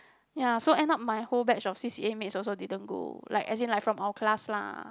ya so end up my whole batch of C_C_A mates also didn't go like as in like from our class lah